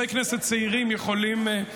חברי כנסת צעירים יכולים,